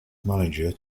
manager